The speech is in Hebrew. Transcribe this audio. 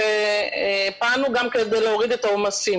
ובנייד ופעלנו גם כדי להוריד את העומס.